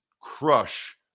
crush